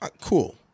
Cool